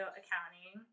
accounting